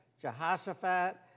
Jehoshaphat